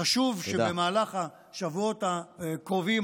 חשוב שבמהלך השבועות הקרובים,